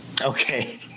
Okay